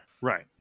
right